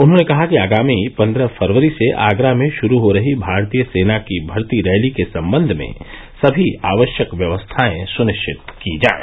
उन्होंने कहा कि आगामी पन्द्रह फरवरी से आगरा में ग्रू हो रही भारतीय सेना की भर्ती रैली के संबंध में समी आवश्यक व्यवस्थाएं सुनिश्चित की जाये